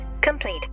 complete